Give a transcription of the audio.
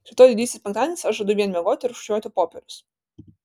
rytoj didysis penktadienis aš žadu vien miegoti ir rūšiuoti popierius